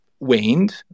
waned